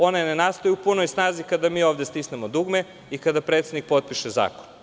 One ne nastaju u punoj snazi kada mi ovde stisnemo dugme i kada predsednik potpiše zakon.